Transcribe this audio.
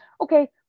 okay